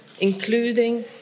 including